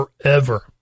forever